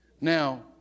Now